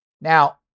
Now